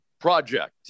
Project